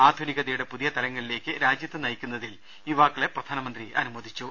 ആധുനികതയുടെ പുതിയ തലങ്ങളിലേക്ക് രാജ്യത്തെ നയിക്കുന്നതിൽ യുവാക്കളെ പ്രധാനമന്ത്രി അനുമോദിച്ചു